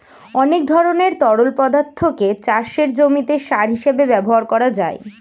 অনেক ধরনের তরল পদার্থকে চাষের জমিতে সার হিসেবে ব্যবহার করা যায়